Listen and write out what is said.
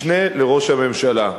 משנה לראש הממשלה.